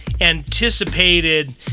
anticipated